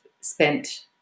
spent